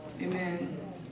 Amen